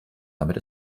damit